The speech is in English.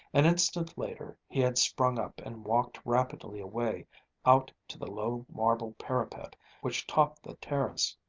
an instant later he had sprung up and walked rapidly away out to the low marble parapet which topped the terrace.